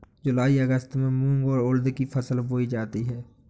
जूलाई अगस्त में मूंग और उर्द की फसल बोई जाती है